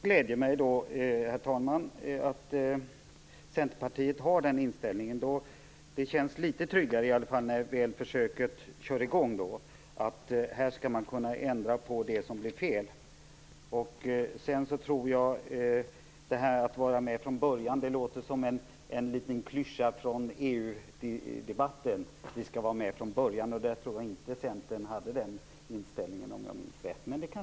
Herr talman! Det gläder mig att Centerpartiet har den inställningen. Därmed känns det säkert litet tryggare när försöksverksamheten väl går i gång. Här skall det alltså gå att ändra på sådant som blivit fel. Det här med att vara med från början framstår, tycker jag, som en klyscha från EU-debatten. Där hade inte Centern den inställningen, om jag nu minns rätt. Eller kanske hade ni den inställningen.